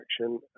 action